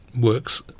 works